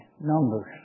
Numbers